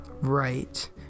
Right